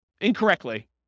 incorrectly